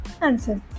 answer